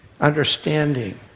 understanding